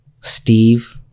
Steve